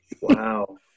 Wow